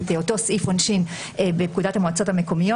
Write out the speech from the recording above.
אותו סעיף עונשין בפקודת המועצות המקומיות,